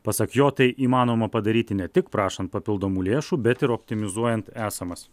pasak jo tai įmanoma padaryti ne tik prašant papildomų lėšų bet ir optimizuojant esamas